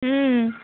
হুম